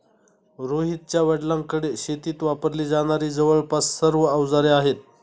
रोहितच्या वडिलांकडे शेतीत वापरली जाणारी जवळपास सर्व अवजारे आहेत